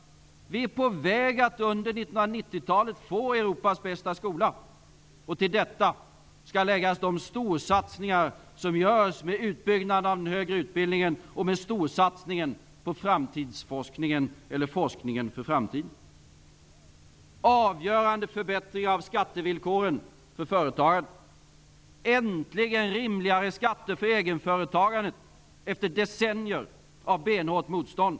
Vi är på väg att under 1990-talet få Europas bästa skola. Till detta skall läggas de storsatsningar som görs när det gäller utbyggnad av den högre utbildningen och framtidsforskningen, eller forskningen för framtiden. Man har fattat beslut om avgörande förbättringar av skattevillkoren för företagen. Äntligen skall det bli rimligare skatter för egenföretagare efter decennier av benhårt motstånd.